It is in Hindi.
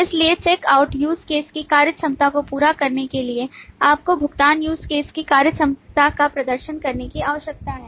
इसलिए चेक आउट USE CASE की कार्यक्षमता को पूरा करने के लिए आपको भुगतान USE CASE की कार्यक्षमता का प्रदर्शन करने की आवश्यकता है